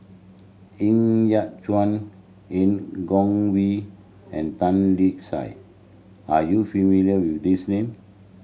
Ng Yat Chuan Han Guangwei and Tan Lark Sye are you familiar with these name